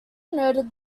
noted